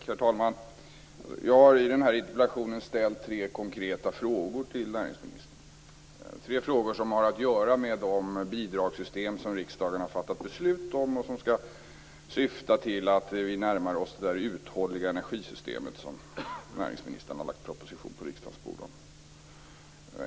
Herr talman! Jag har i min interpellation ställt tre konkreta frågor till näringsministern. Det är tre frågor som har att göra med de bidragssystem som riksdagen har fattat beslut om och som skall syfta till att vi närmar oss det uthålliga energisystemet som näringsministern har lagt fram en proposition på riksdagens bord om.